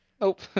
nope